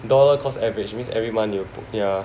dollar cost average means every month you popiah